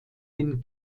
den